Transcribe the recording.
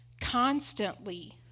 constantly